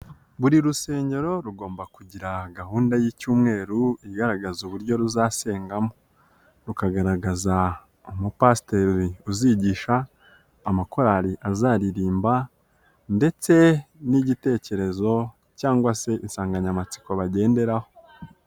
Buri rusengero rugomba kugira gahunda y'icyumweru igaragaza uburyo ruzasengamo, rukagaragaza umupasiteri uzigisha, amakorari azaririmba ndetse n'igitekerezo cyangwa se insanganyamatsiko bagenderaho.